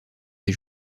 des